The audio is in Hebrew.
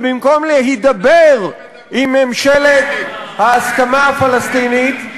ובמקום להידבר עם ממשלת ההסכמה הפלסטינית,